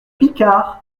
picard